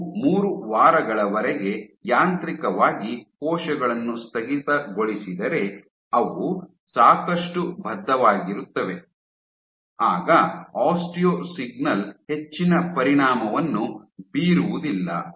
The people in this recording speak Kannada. ನೀವು ಮೂರು ವಾರಗಳವರೆಗೆ ಯಾಂತ್ರಿಕವಾಗಿ ಕೋಶಗಳನ್ನು ಸ್ಥಗಿತಗೊಳಿಸಿದರೆ ಅವು ಸಾಕಷ್ಟು ಬದ್ಧವಾಗಿರುತ್ತವೆ ಆಗ ಆಸ್ಟಿಯೊ ಸಿಗ್ನಲ್ ಹೆಚ್ಚಿನ ಪರಿಣಾಮವನ್ನು ಬೀರುವುದಿಲ್ಲ